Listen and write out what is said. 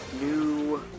new